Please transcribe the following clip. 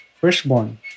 firstborn